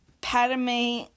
Padme